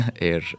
air